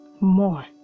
More